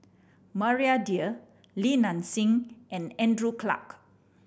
Maria Dyer Li Nanxing and Andrew Clarke